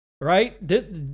right